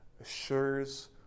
assures